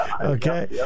Okay